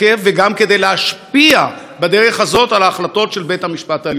וגם להשפיע בדרך הזאת על ההחלטות של בית המשפט העליון,